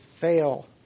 fail